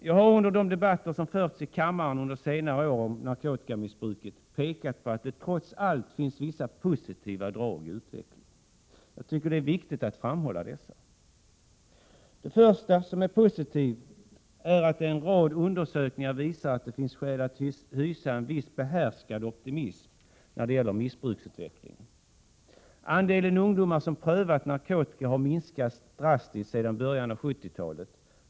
Jag har under de debatter som förts i kammaren under senare år om narkotikamissbruket pekat på att det trots allt finns vissa positiva drag i utvecklingen. Det är viktigt att framhålla dessa. Det första som är positivt är att en rad undersökningar visar att det finns skäl att hysa en viss behärskad optimism när det gäller missbruksutvecklingen. Andelen ungdomar som prövat narkotika har minskat drastiskt sedan början av 1970-talet.